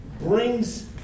brings